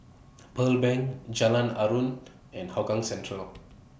Pearl Bank Jalan Aruan and Hougang Central